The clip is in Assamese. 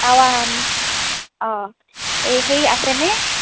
তাৱাহান অঁ এই সেই আছেনে